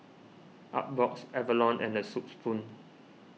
Artbox Avalon and the Soup Spoon